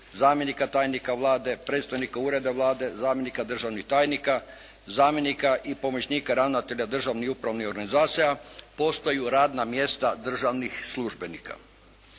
zamjenika tajnika Vlade, predstojnika Ureda Vlade, zamjenika državnih tajnika, zamjenika i pomoćnika ravnatelja državnih upravnih organizacija, postaju radna mjesta državnih službenika.